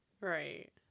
Right